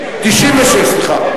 1966. 1996. 96', סליחה.